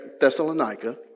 Thessalonica